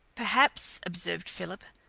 perhaps, observed philip,